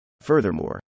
Furthermore